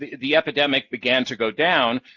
the the epidemic began to go down.